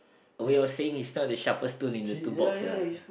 oh what you were saying it's not the sharpest tool in the toolbox ah